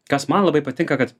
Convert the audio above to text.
kas man labai patinka kad